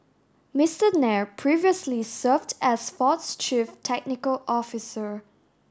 Mister Nair previously served as Ford's chief technical officer